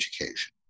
education